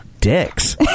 dicks